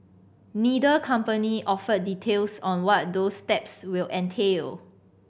neither company offered details on what those steps will entail